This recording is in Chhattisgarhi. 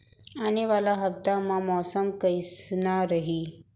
आने वाला हफ्ता मा मौसम कइसना रही?